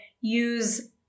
use